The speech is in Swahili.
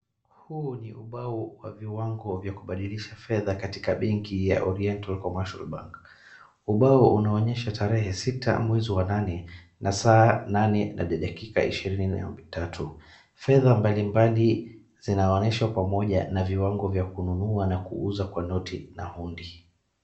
Huu ni ubao wa viwango vya kubadilisha fedha katika benki wa Oriental commercial bank , ubao unaonyesha tarehe sita mwezi wa nane na saa nane na dakika ishirini na tatu, fedha mbali mbali zinaoneshwa pamoja na viwango vya kununua na kuuza kwa noti na hondi.